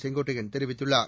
செங்கோட்டையன் தெரிவித்துள்ளார்